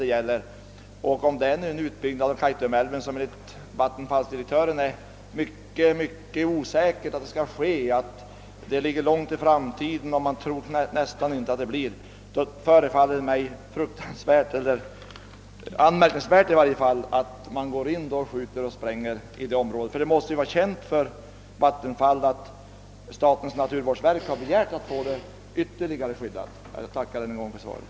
Vattenfallsdirektören är nu mycket osäker om huruvida utbyggnaden av Kaitumälven blir av — den ligger i så fall långt fram i tiden, och man tror att den kanske inte alls kommer till stånd — och då förefaller det mig anmärkningsvärt att man nu börjar spränga i området. Det måste ju vara känt i vattenfallsverket att statens naturvårdsverk har begärt att få området skyddat ytterligare. Jag tackar jordbruksministern än en gång för svaret.